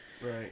right